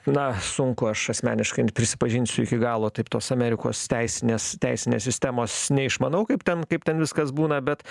na sunku aš asmeniškai prisipažinsiu iki galo taip tos amerikos teisinės teisinės sistemos neišmanau kaip ten kaip ten viskas būna bet